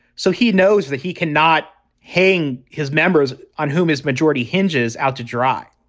so he knows that he cannot hang his members on whom his majority hinges out to dry